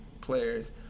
players